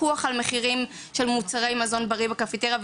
פיקוח על מחירים של מוצרי מזון בקפיטריה.